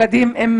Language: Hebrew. עם